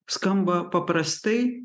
skamba paprastai